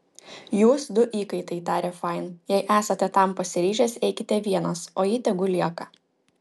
jūs du įkaitai tarė fain jei esate tam pasiryžęs eikite vienas o ji tegu lieka